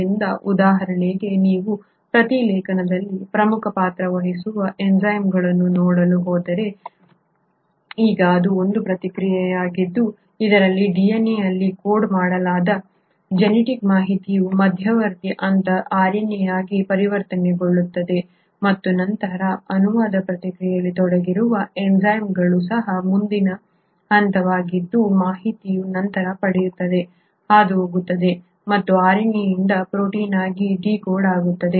ಆದ್ದರಿಂದ ಉದಾಹರಣೆಗೆ ನೀವು ಪ್ರತಿಲೇಖನದಲ್ಲಿ ಪ್ರಮುಖ ಪಾತ್ರ ವಹಿಸುವ ಎನ್ಝೈಮ್ಗಳನ್ನು ನೋಡಲು ಹೋದರೆ ಈಗ ಇದು ಒಂದು ಪ್ರಕ್ರಿಯೆಯಾಗಿದ್ದು ಇದರಲ್ಲಿ DNA ಅಲ್ಲಿ ಕೋಡ್ ಮಾಡಲಾದ ಜೆನೆಟಿಕ್ ಮಾಹಿತಿಯು ಮಧ್ಯವರ್ತಿ ಹಂತ ಅಥವಾ RNA ಆಗಿ ಪರಿವರ್ತನೆಗೊಳ್ಳುತ್ತದೆ ಮತ್ತು ನಂತರ ಅನುವಾದ ಪ್ರಕ್ರಿಯೆಯಲ್ಲಿ ತೊಡಗಿರುವ ಎನ್ಝೈಮ್ಗಳು ಸಹ ಮುಂದಿನ ಮುಂದಿನ ಹಂತವಾಗಿದ್ದು ಮಾಹಿತಿಯು ನಂತರ ಪಡೆಯುತ್ತದೆ ಹಾದುಹೋಗುತ್ತದೆ ಮತ್ತು RNA ಯಿಂದ ಪ್ರೋಟೀನ್ ಆಗಿ ಡಿಕೋಡ್ ಆಗುತ್ತದೆ